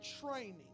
training